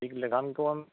ᱴᱷᱤᱠ ᱞᱮᱠᱷᱟᱱ ᱜᱮᱵᱚᱱ